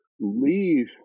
leave